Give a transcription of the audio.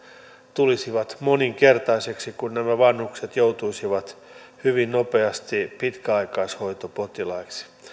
tulisivat moninkertaisiksi kun nämä vanhukset joutuisivat hyvin nopeasti pitkäaikaishoitopotilaiksi